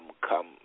come